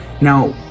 Now